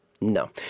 No